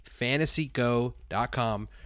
fantasygo.com